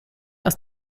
aus